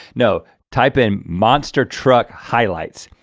no type in monster truck highlights.